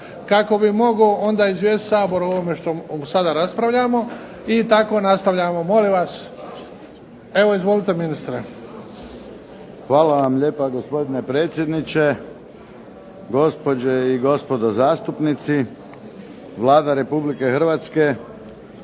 kako bi mogao onda izvijestiti Sabor o ovome što sada raspravljamo i tako nastavljamo. Evo, izvolite ministre. **Mlakar, Davorin** Hvala vam lijepa gospodine predsjedniče, gospođe i gospodo zastupnici. Vlada Republike Hrvatske